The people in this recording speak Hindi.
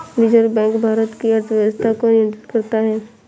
रिज़र्व बैक भारत की अर्थव्यवस्था को नियन्त्रित करता है